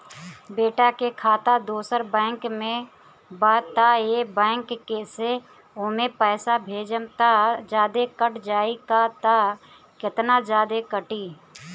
बेटा के खाता दोसर बैंक में बा त ए बैंक से ओमे पैसा भेजम त जादे कट जायी का त केतना जादे कटी?